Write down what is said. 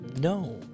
No